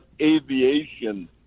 aviation